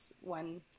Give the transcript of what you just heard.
one